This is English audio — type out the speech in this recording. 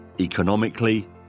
economically